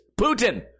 Putin